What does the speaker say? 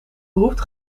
behoeft